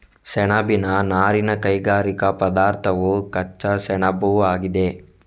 ಸೆಣಬಿನ ನಾರಿನ ಕೈಗಾರಿಕಾ ಪದಾರ್ಥವು ಕಚ್ಚಾ ಸೆಣಬುಆಗಿದೆ